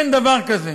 אין דבר כזה.